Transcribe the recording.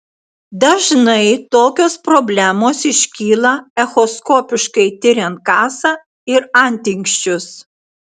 dažnai tokios problemos iškyla echoskopiškai tiriant kasą ir antinksčius